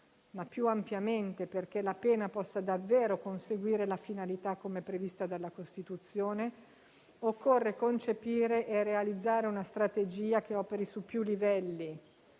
ma, più ampiamente, perché la pena possa davvero conseguire la finalità prevista dalla Costituzione, occorre concepire e realizzare una strategia che operi su più livelli: